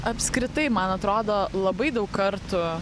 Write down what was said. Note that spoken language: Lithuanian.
apskritai man atrodo labai daug kartų